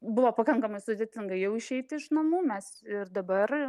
buvo pakankamai sudėtinga jau išeiti iš namų mes ir dabar